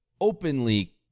Openly